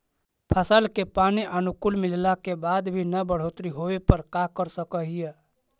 फसल के पानी अनुकुल मिलला के बाद भी न बढ़ोतरी होवे पर का कर सक हिय?